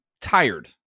tired